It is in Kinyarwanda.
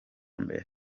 mbere